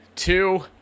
Two